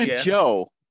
Joe